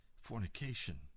fornication